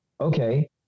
Okay